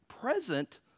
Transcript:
present